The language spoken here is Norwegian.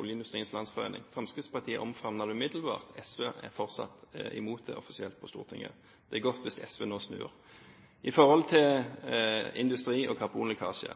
Oljeindustriens Landsforening, OLF. Fremskrittspartiet omfavnet det umiddelbart. SV er fortsatt imot det, offisielt, på Stortinget. Det er godt hvis SV nå snur. I forhold til industri og karbonlekkasje: